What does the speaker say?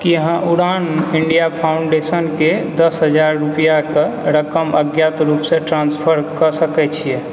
की अहाँ उड़ान इण्डिया फाउंडेशनके दश हजार रूपैआ कऽ रकम अज्ञात रूपसँ ट्रांस्फर कऽ सकैत छियै